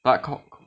but co~